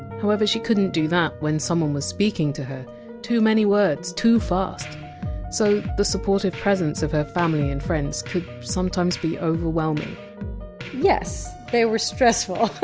however she couldn! t do that when someone was speaking to her too many words, too fast so the supportive presence of her family and friends could sometimes be overwhelming yes! they were stressful.